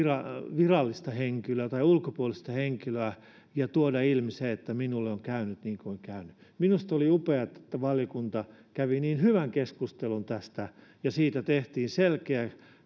virallista henkilöä tai ulkopuolista henkilöä ja tuoda ilmi se että minulle on käynyt niin kuin on käynyt minusta oli upeaa että valiokunta kävi niin hyvän keskustelun tästä ja tehtiin selkeä